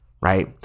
right